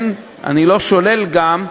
אני לא שולל גם,